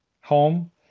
home